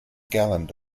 gallant